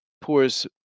pours